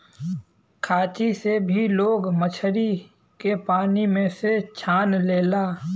खांची से भी लोग मछरी के पानी में से छान लेला